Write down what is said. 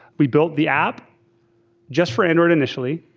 we build the app just for. and and initially,